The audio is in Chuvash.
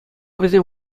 вӗсем